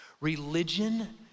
religion